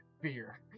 Beer